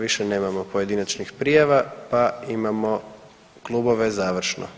Više nemamo pojedinačnih prijava, pa imamo Klubove završno.